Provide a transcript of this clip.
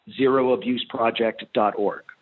zeroabuseproject.org